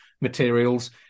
materials